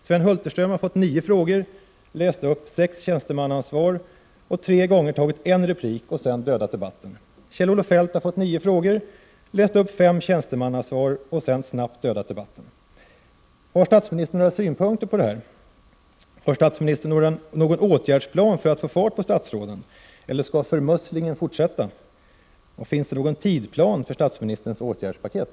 Sven Hulterström har fått nio frågor, läst upp sex tjänstemannasvar och tre gånger tagit en replik och sedan dödat debatten. Kjell-Olof Feldt har fått nio frågor, läst upp fem tjänstemannasvar och sedan snabbt dödat debatten. Har statsministern några synpunkter på detta? Har statsministern någon åtgärdsplan för att få fart på statsråden, eller skall förmusslingen fortsätta? Finns det någon tidplan för statsministerns åtgärdspaket?